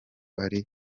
ari